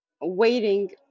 waiting